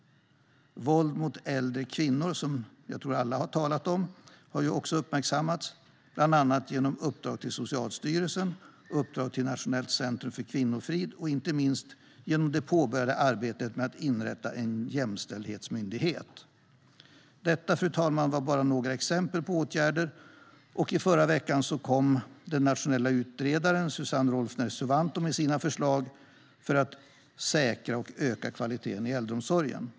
Våld mot äldre kvinnor, som jag tror att alla har talat om, har också uppmärksammats, bland annat genom uppdrag till Socialstyrelsen, uppdrag till Nationellt centrum för kvinnofrid och inte minst det påbörjade arbetet med att inrätta en jämställdhetsmyndighet. Detta, fru talman, var bara några exempel på åtgärder, och i förra veckan kom den nationella utredaren, Susanne Rolfner Suvanto, med sina förslag för att säkra och öka kvaliteten i äldreomsorgen.